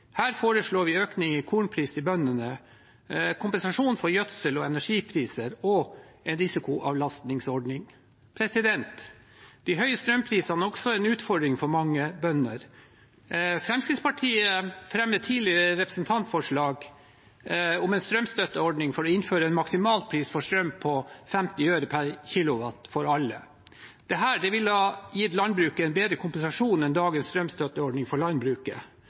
Her foreslår vi økning i kornpris til bøndene, kompensasjon for gjødsel- og energipriser og en risikoavlastningsordning. De høye strømprisene er også en utfordring for mange bønder. Fremskrittspartiet fremmet tidligere representantforslag om en strømstøtteordning for å innføre en maksimalpris for strøm på 50 øre per kilowattime for alle. Dette ville ha gitt landbruket en bedre kompensasjon enn dagens strømstøtteordning for landbruket.